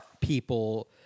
people